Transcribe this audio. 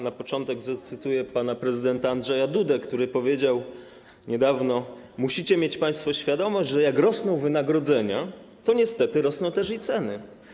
Na początek zacytuję pana prezydenta Andrzeja Dudę, który niedawno powiedział: Musicie mieć państwo świadomość, że jak rosną wynagrodzenia, to niestety rosną też i ceny.